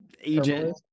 agent